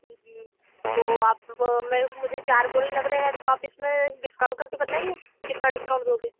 जी तो आप वह मैं मुझे चार बोरी लग रहे है तो आप इसमें से डिस्काउंट करके बताइए कितना डिस्काउंट दोगे